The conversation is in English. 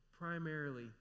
Primarily